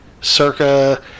circa